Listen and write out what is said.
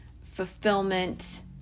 fulfillment